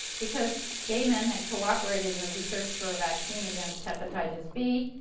because gay men had cooperated in the research for a vaccine against hepatitis b,